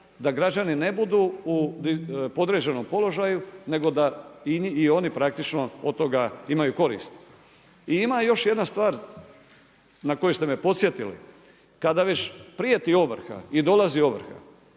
da građani ne budu u podređenom položaju nego da i oni praktično od toga imaju koristi. I ima još jedna stvar na koju ste me podsjetili. Kada već prijeti ovrha i dolazi ovrha